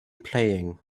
playing